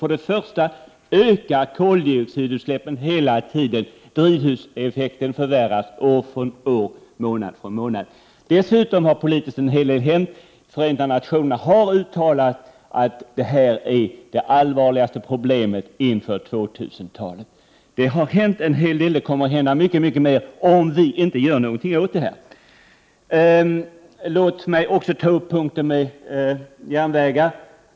För det första ökar koldioxidutsläppen hela tiden. Drivhuseffekten förvärras år från år, månad för månad. För det andra har det politiskt hänt en hel del. Förenta nationerna har uttalat att miljöförstöringen är det allvarligaste problemet inför 2000-talet. Det har alltså hänt en hel del. Det kommer att hända mycket mer, om vi inte gör någonting åt det. Låt mig också ta upp punkten om järnvägar.